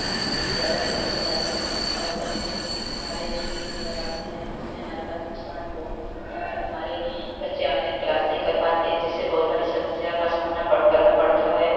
विद्यालय बंद हो जाते हैं और बच्चे हमारे स्कूल नहीं जा पाते हैं जिससे हमारे पास स्मार्टफ़ोन नहीं होता है हमारे बच्चे ऑनलाइन क्लास नहीं कर पाते हैं जिससे बहुत बड़ी समस्या का सामना पड़ करना पड़ता है